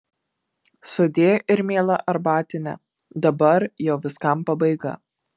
sudie ir miela arbatine dabar jau viskam pabaiga